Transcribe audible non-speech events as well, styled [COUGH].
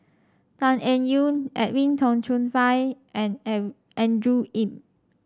Tan Eng Yoon Edwin Tong Chun Fai and [UNINTELLIGIBLE] Andrew Yip